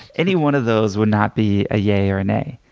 any one of those would not be a yea or a nay.